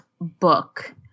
book